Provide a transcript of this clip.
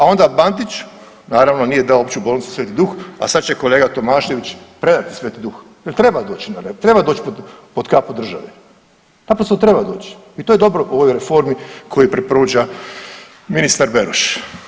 A onda Bandić, naravno nije dao opću bolnicu „Sveti Duh“, a sad će kolega Tomašević predati „Sveti Duh“ jer treba doći, treba doći pod kapu države, naprosto treba doć i to je dobro u ovoj reformi koju preporuča ministar Beroš.